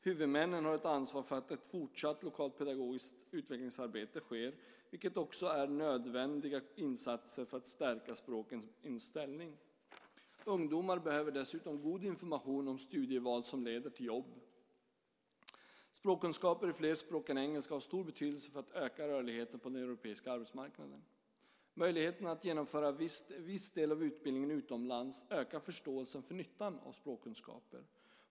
Huvudmännen har ett ansvar för att ett fortsatt lokalt pedagogiskt utvecklingsarbete sker, vilket också är nödvändiga insatser för att stärka språkens ställning. Ungdomar behöver dessutom god information om studieval som leder till jobb. Språkkunskaper i fler språk än engelska har stor betydelse för att öka rörligheten på den europeiska arbetsmarknaden. Möjligheterna att genomföra viss del av utbildningen utomlands ökar förståelsen för nyttan av språkkunskaper.